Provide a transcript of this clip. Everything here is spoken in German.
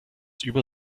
über